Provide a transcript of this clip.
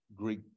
Greek